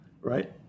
right